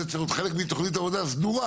זה צריך להיות חלק מתוכנית עבודה סדורה.